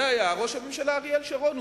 זה היה ראש הממשלה אריאל שרון.